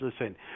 listen